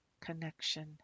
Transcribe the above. connection